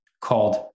called